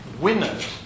winners